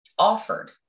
offered